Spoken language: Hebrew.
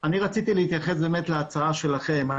רציתי להתייחס להצעה שלכם.